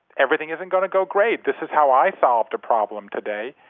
everything isn't going to go great. this is how i solved a problem today.